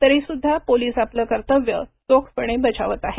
तरीसुध्दा police आपले कर्तव्य चोखपणे बजावत आहेत